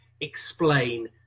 explain